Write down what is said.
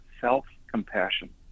self-compassion